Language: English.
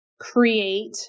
create